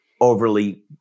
overly